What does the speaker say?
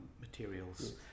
materials